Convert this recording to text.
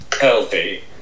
Healthy